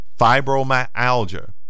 fibromyalgia